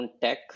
tech